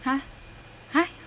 !huh! !huh!